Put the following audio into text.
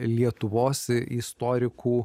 lietuvos istorikų